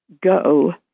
Go